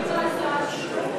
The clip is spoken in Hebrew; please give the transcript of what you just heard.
הקואליציה סוערת סביב ההצעה שלי.